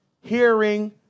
hearing